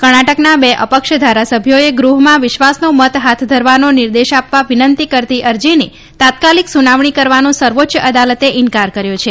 કર્ણાટકના બે અપક્ષ ધારાસભ્યોએ ગૃહમાં વિશ્વાસનો મત હાથ ધરવાનો નિર્દેશ આપવા વિનંતી કરતી અરજીની તાત્કાલિક સુનાવણી કરવાનો સર્વોચ્ય અદાલતે ઈન્કાર કર્યો છે